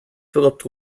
philip